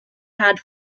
had